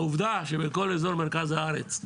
העובדה שבכל אזור מרכז הארץ,